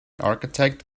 architect